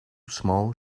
small